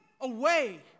away